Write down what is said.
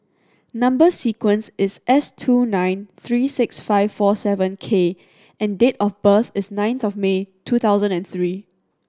number sequence is S two nine three six five four seven K and date of birth is ninth of May two thousand and three